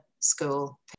school